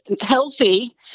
Healthy